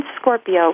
Scorpio